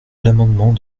l’amendement